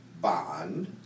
Bond